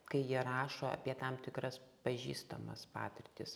kai jie rašo apie tam tikras pažįstamas patirtis